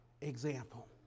example